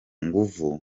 nguvu